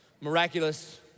miraculous